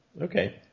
Okay